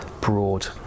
broad